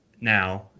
now